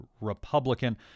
Republican